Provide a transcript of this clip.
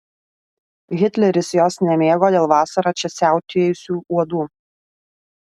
hitleris jos nemėgo dėl vasarą čia siautėjusių uodų